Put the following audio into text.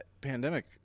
pandemic